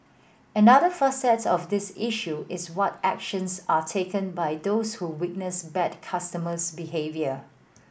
another facet of this issue is what actions are taken by those who witness bad customers behaviour